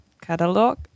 catalog